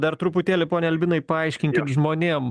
dar truputėlį pone albinai paaiškinkit žmonėm